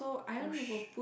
push